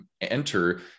enter